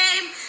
game